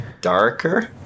darker